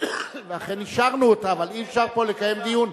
ואכן אישרנו אותה, אבל אי-אפשר פה לקיים דיון.